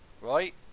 right